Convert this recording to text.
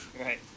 right